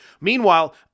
Meanwhile